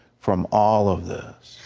from all of this.